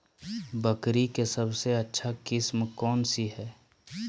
बकरी के सबसे अच्छा किस्म कौन सी है?